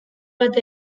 bat